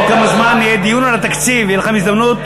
עוד כמה זמן יהיה דיון על התקציב ותהיה לכם הזדמנות,